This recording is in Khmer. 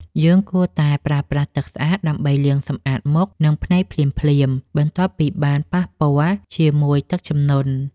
យើងគួរតែប្រើប្រាស់ទឹកស្អាតដើម្បីលាងសម្អាតមុខ និងភ្នែកភ្លាមៗបន្ទាប់ពីបានប៉ះពាល់ជាមួយទឹកជំនន់។